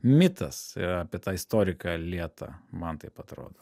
mitas apie tą istoriką lėtą man taip atrodo